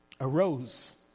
Arose